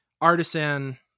artisan